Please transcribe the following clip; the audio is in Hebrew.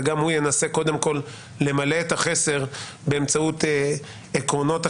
וגם הוא ינסה קודם כול למלא את החסר באמצעות עקרונות החירות,